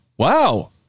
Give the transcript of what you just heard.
Wow